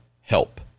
help